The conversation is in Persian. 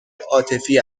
عاطفی